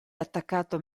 attaccato